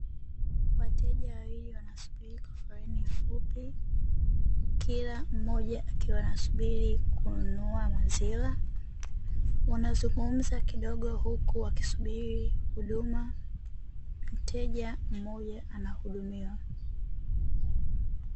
Wateja wawili wanasubiri kwa foleni fupi, kila mmoja akiwa anasubiri kununua maziwa; wanazungumza kidogo huku wakisubiri huduma mteja mmoja anahudumiwa.